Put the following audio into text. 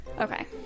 Okay